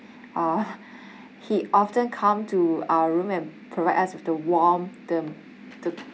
uh he often come to our room and provide us with the warm the the